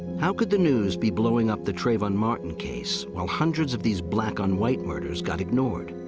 how could the news be blowing up the trayvon martin case, while hundreds of these black-on-white murders got ignored?